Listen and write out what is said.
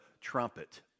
trumpet